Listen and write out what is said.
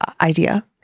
idea